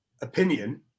opinion